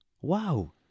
Wow